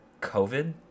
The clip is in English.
COVID